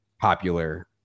popular